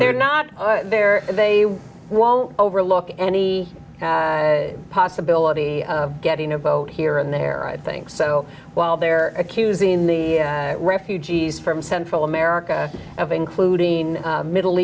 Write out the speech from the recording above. they're not there they won't overlook any possibility of getting a vote here and there i think so while they're accusing the refugees from central america of including middle